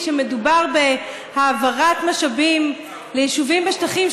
כשמדובר בהעברת משאבים ליישובים בשטחים,